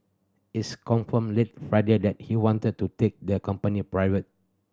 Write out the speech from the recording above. is confirmed late Friday that he wanted to take the company private